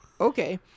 Okay